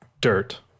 dirt